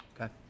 Okay